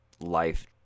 life